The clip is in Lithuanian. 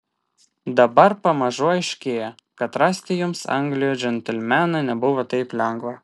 dabar pamažu aiškėja kad rasti jums anglijoje džentelmeną nebuvo taip lengva